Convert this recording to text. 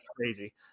crazy